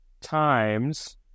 times